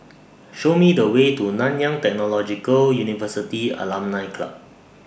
Show Me The Way to Nanyang Technological University Alumni Club